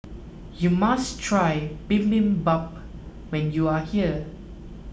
you must try Bibimbap when you are here